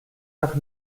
nach